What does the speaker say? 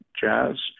jazz